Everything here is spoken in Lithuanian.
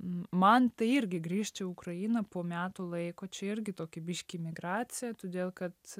man tai irgi grįžt į ukrainą po metų laiko čia irgi tokį biškį migracija todėl kad